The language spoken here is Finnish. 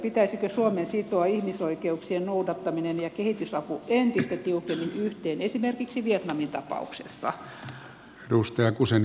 pitäisikö suomen sitoa ihmisoikeuksien noudattaminen ja kehitysapu entistä tiukemmin yhteen esimerkiksi vietnamin tapauksessa